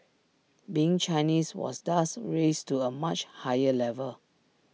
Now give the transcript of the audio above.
being Chinese was thus raised to A much higher level